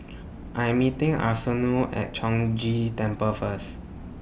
I'm meeting Arsenio At Chong Ghee Temple First